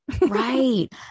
Right